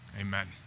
Amen